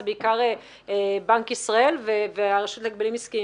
זה בעיקר בנק ישראל והממונה על הגבלים עסקיים